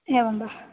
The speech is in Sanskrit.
एवं वा